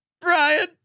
Brian